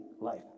life